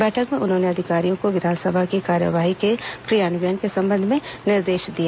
बैठक में उन्होंने अधिकारियों को विधानसभा की कार्यवाहियों के क्रियान्वयन के संबंध में निर्देश दिए